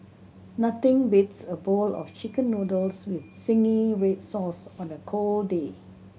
nothing beats a bowl of Chicken Noodles with zingy red sauce on a cold day